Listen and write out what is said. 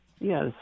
Yes